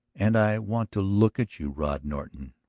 and i want to look at you, rod norton,